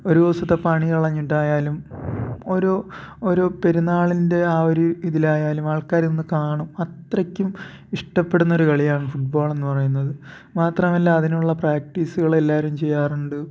ഒരു ദിവസത്തെ പണി കളഞ്ഞിട്ടായലും ഒരു ഒരു പെരുന്നാളിൻ്റെ ആ ഒരു ഇതിലായാലും ആൾക്കാരെ ഒന്നു കാണും അത്രയ്ക്കും ഇഷ്ടപ്പെടുന്ന ഒരു കളിയാണ് ഫുട്ബോളെന്ന് പറയുന്നത് മാത്രമല്ല അതിനുള്ള പ്രാക്ടീസുകൾ എല്ലാവരും ചെയ്യാറുണ്ട്